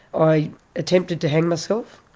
i attempted to hang myself.